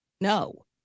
no